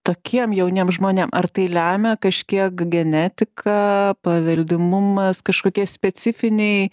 tokiem jauniem žmonėm ar tai lemia kažkiek genetika paveldimumas kažkokie specifiniai